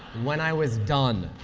when i was done.